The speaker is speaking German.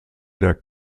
der